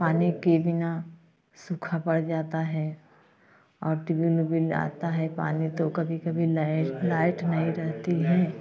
पानी के बिना सुखा पड़ जाता है और टीबिन उबिन आता है पानी तो कभी कभी लाइट नही रहती है